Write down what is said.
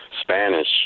Spanish